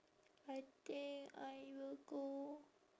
I think I will go